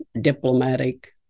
diplomatic